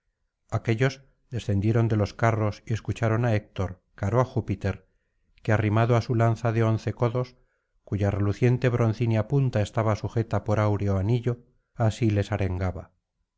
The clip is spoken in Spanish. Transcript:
aquéllos descendieron de los carros y escucharon á héctor caro á júpiter que arrimado á su lanza de once codos cuya reluciente broncínea punta estaba sujeta por áureo anillo así les arengaba